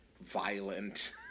violent